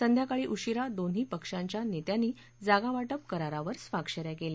संध्याकाळी उशीरा दोन्ही पक्षांच्या नेत्यांनी जागावा पे करारावर स्वाक्षाऱ्या केल्या